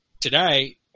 today